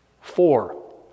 four